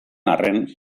arren